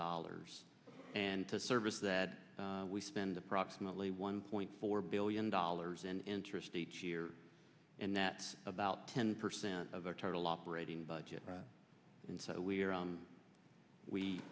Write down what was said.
dollars and to service that we spend approximately one point four billion dollars in interest each year and that's about ten percent of our total operating budget and so we